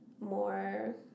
more